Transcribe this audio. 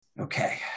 Okay